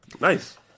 nice